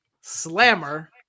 Slammer